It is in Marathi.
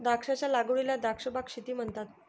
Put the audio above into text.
द्राक्षांच्या लागवडीला द्राक्ष बाग शेती म्हणतात